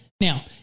Now